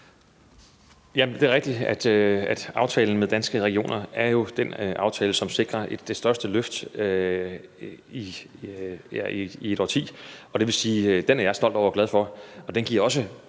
det er rigtigt, at aftalen med Danske Regioner jo er den aftale, som sikrer det største løft i et årti, og den er jeg stolt over og glad for.